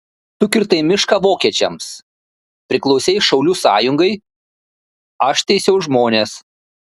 tu kirtai mišką vokiečiams priklausei šaulių sąjungai aš teisiau žmones